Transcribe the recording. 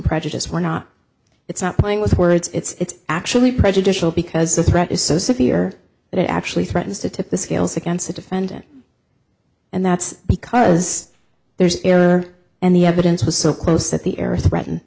prejudice we're not it's not playing with words it's actually prejudicial because the threat is so severe that it actually threatens to tip the scales against the defendant and that's because there's error and the evidence was so close that the error threatened